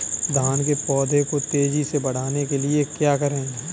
धान के पौधे को तेजी से बढ़ाने के लिए क्या करें?